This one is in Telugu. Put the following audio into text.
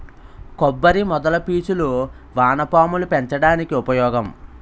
కొబ్బరి మొదల పీచులు వానపాములు పెంచడానికి ఉపయోగం